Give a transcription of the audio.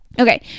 Okay